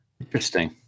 Interesting